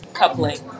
coupling